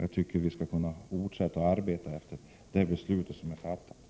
Jag tycker att vi skall fortsätta att arbeta efter det beslut som är fattat.